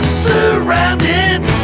surrounding